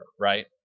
right